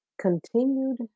continued